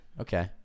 Okay